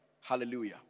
Hallelujah